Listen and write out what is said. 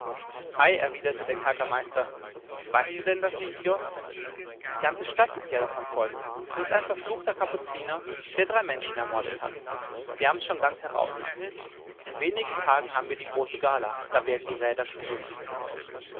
ei erwiderte der kerkermeister weißt du denn das nicht jost die ganze stadt ist ja davon voll s ist ein verfluchter kapuziner der drei menschen ermordet hat sie haben's schon ganz heraus in wenigen tagen haben wir große gala da werden die räder spielen